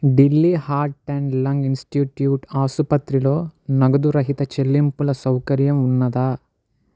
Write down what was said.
Delhi heart and lung institute ఆసుపత్రిలో నగదురహిత చెల్లింపుల సౌకర్యం ఉన్నదా